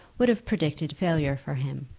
would have predicted failure for him.